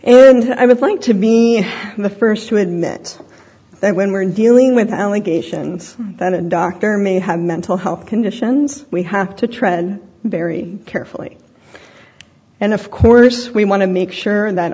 and i would like to me the first to admit that when we're dealing with allegations that a doctor may have mental health conditions we have to tread very carefully and of course we want to make sure that